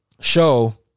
Show